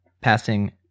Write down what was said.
passing